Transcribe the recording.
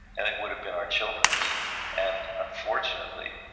and it would have been our children's and unfortunately,